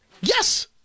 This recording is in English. Yes